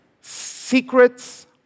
Secrets